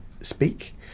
speak